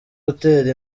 gutera